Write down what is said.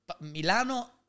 Milano